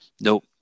nope